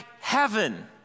heaven